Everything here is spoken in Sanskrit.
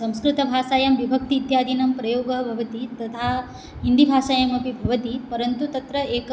संस्कृतभाषायां विभक्ति इत्यादीनां प्रयोगः भवति तथा हिन्दीभाषायामपि भवति परन्तु तत्र एक